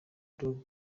dogg